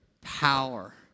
Power